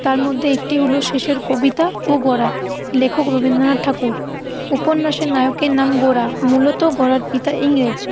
তার মধ্যে একটি হল শেষের কবিতা ও গোরা লেখক রবীন্দ্রনাথ ঠাকুর উপন্যাসের নায়কের নাম গোরা মূলত গোরার পিতা ইংরেজ